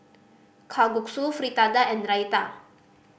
Kalguksu Fritada and Raita